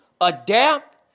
adapt